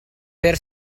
per